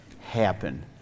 happen